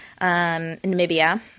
Namibia